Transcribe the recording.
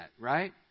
right